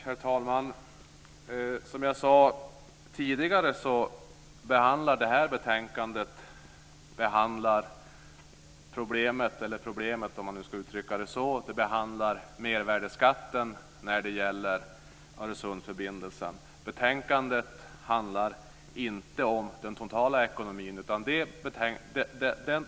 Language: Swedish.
Herr talman! Som jag tidigare sade behandlar det här betänkandet mervärdesskatten när det gäller Öresundsförbindelsen. Betänkandet handlar inte om den totala ekonomin.